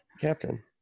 captain